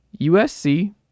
usc